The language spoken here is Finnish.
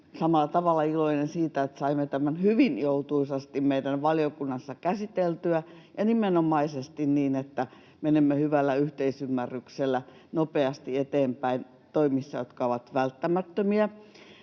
samalla tavalla iloinen siitä, että saimme tämän hyvin joutuisasti meidän valiokunnassa käsiteltyä ja nimenomaisesti niin, että menemme hyvällä yhteisymmärryksellä nopeasti eteenpäin toimissa, jotka ovat välttämättömiä.